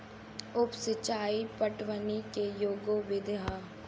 उप सिचाई पटवनी के एगो विधि ह